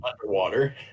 underwater